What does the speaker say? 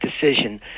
decision